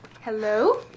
Hello